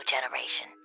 generation